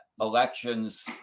elections